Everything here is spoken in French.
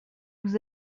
vous